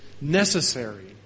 necessary